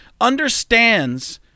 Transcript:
understands